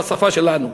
בשפה שלנו,